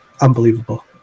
unbelievable